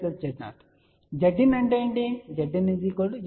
Zin అంటే ఏమిటి